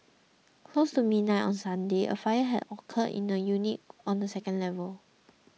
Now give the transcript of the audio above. close to midnight on Sunday a fire had occurred in a unit on the second level